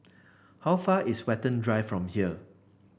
how far is Watten Drive from here